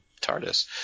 TARDIS